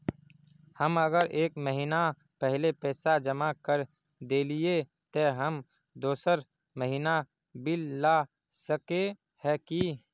हम अगर एक महीना पहले पैसा जमा कर देलिये ते हम दोसर महीना बिल ला सके है की?